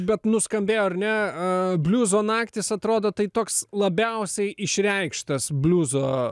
bet nuskambėjo ar ne bliuzo naktys atrodo tai toks labiausiai išreikštas bliuzo